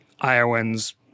Iowans